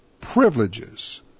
privileges